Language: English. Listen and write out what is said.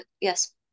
yes